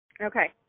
Okay